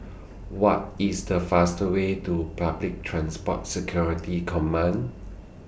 What IS The faster Way to Public Transport Security Command